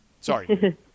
Sorry